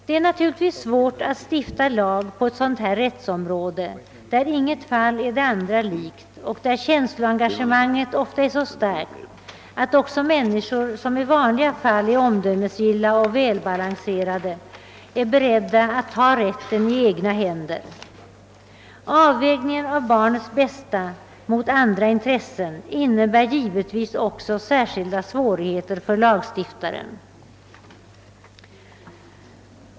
Det är naturligtvis svårt att stifta lag på ett sådant här rättsområde där inget fall är det andra likt och där känsloengagemanget ofta är så starkt att också människor, som i vanliga fall är omdömesgilla och välbalanserade, är beredda att ta rätten i egna händer. Avvägningen av barnets bästa mot andra intressen innebär givetvis också särskilda svårigheter för lagstiftaren.